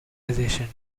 edition